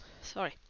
Sorry